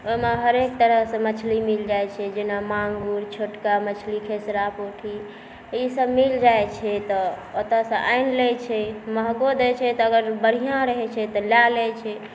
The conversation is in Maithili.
ओहिमे हरेक तरहसँ मछली मिल जाइ छै जेना माङ्गुर छोटका मछली खेसरा पोठी ई सब मिल जाइ छै तऽ ओतऽ सँ आनि लै छै महगो दै छै तऽ अगर बढ़िआँ रहै छै तऽ लऽ लै छै